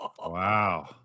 Wow